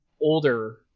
older